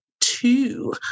two